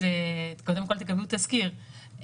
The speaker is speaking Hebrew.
קודם כול תקבלו תזכיר.